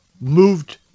moved